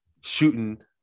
shooting